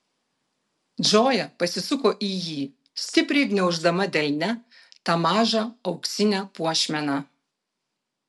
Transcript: džoja pasisuko į jį stipriai gniauždama delne tą mažą auksinę puošmeną